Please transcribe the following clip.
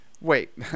Wait